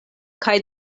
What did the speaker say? kaj